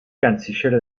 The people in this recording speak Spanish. canciller